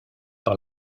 par